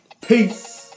Peace